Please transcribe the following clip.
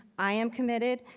i am committed.